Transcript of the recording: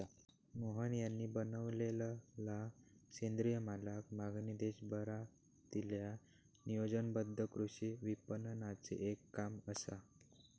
मोहन यांनी बनवलेलला सेंद्रिय मालाक मागणी देशभरातील्या नियोजनबद्ध कृषी विपणनाचे एक काम असा